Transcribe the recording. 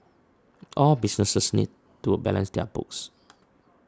all businesses need to a balance their books